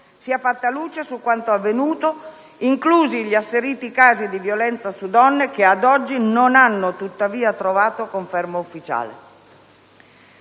sia fatta luce su quanto avvenuto, inclusi gli asseriti casi di violenza su donne, che ad oggi non hanno tuttavia trovato conferma ufficiale.